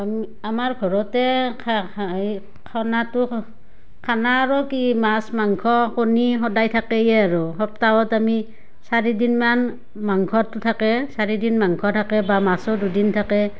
আমি আমাৰ ঘৰতে এই খানাটো খানা আৰু কি মাছ মাংস কণী সদায় থাকেয়ে আৰু সপ্তাহত আমি চাৰিদিনমান মাংসটো থাকে চাৰিদিন মাংস থাকে বা মাছো দুদিন থাকে